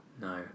no